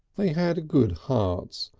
they had good hearts,